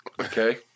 Okay